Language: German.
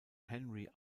henry